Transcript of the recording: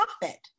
profit